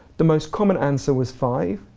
the most common answer was five.